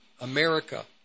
America